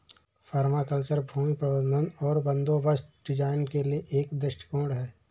permaculture भूमि प्रबंधन और बंदोबस्त डिजाइन के लिए एक दृष्टिकोण है